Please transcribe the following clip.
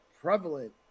prevalent